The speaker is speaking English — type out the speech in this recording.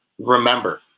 remember